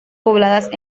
pobladas